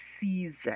season